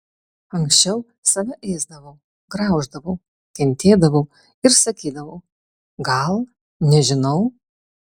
anksčiau save ėsdavau grauždavau kentėdavau ir sakydavau gal nežinau